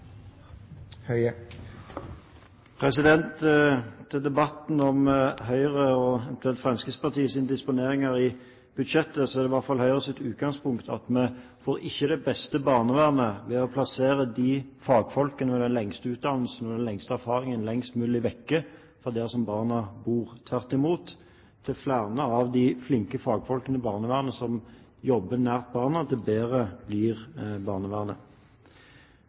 Til debatten om Høyres og eventuelt Fremskrittspartiets disponeringer i budsjettet er det i hvert fall Høyres utgangspunkt at vi ikke får det beste barnevernet ved å plassere fagfolkene med den lengste utdannelsen og den lengste erfaringen lengst mulig vekk fra der barna bor. Tvert imot, dess flere av de flinke fagfolkene i barnevernet som jobber nært barna, dess bedre blir barnevernet.